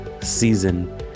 season